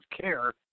care